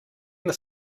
been